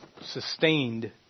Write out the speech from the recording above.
sustained